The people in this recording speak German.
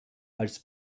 als